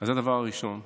זה הדבר הראשון.